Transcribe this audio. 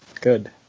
Good